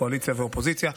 קואליציה ואופוזיציה.